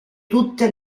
tutte